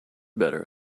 better